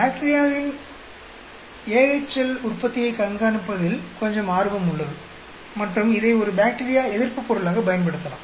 பாக்டீரியாவின் AHL உற்பத்தியைக் கண்காணிப்பதில் கொஞ்சம் ஆர்வம் உள்ளது மற்றும் இதை ஒரு பாக்டீரியா எதிர்ப்புபொருளாக பயன்படுத்தலாம்